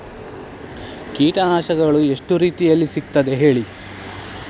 ಕೀಟನಾಶಕಗಳು ಎಷ್ಟು ರೀತಿಯಲ್ಲಿ ಸಿಗ್ತದ ಹೇಳಿ